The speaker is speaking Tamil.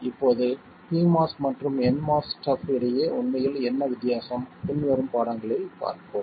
இப்போது pMOS மற்றும் nMOS ஸ்டப் இடையே உண்மையில் என்ன வித்தியாசம் பின்வரும் பாடங்களில் பார்ப்போம்